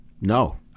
No